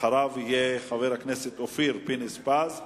אחריו יהיה חבר הכנסת אופיר פינס-פז,